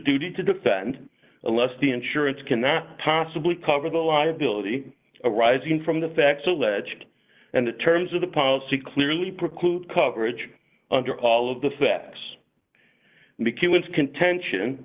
duty to defend a less the insurance cannot possibly cover the liability arising from the facts alleged and the terms of the policy clearly preclude coverage under all of the facts contention